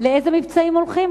לאיזה מבצעים הולכים,